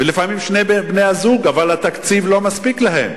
ולפעמים שני בני-הזוג, אבל התקציב לא מספיק להם.